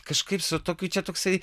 kažkaip su tokiu čia toksai